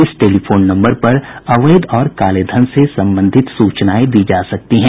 इस telephone number पर अवैध और काले धन से संबंधित सूचनाएं दी जा सकती हैं